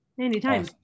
anytime